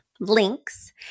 links